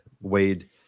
Wade